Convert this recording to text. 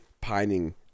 pining